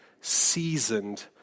seasoned